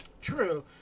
True